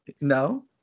No